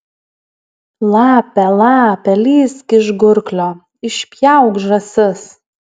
lape lape lįsk iš gurklio išpjauk žąsis